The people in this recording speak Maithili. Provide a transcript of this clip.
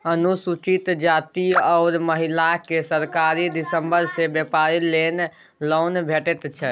अनुसूचित जाती आ महिलाकेँ सरकार दिस सँ बेपार लेल लोन भेटैत छै